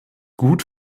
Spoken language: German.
gut